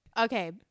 okay